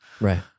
Right